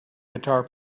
guitar